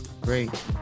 Great